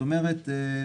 זאת אומרת,